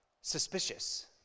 suspicious